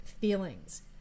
feelings